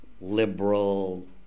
liberal